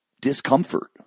discomfort